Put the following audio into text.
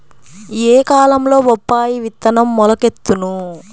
ఏ కాలంలో బొప్పాయి విత్తనం మొలకెత్తును?